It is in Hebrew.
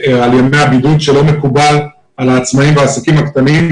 שלא מקובל על העצמאים ועל העסקים הקטנים,